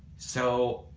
so,